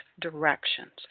directions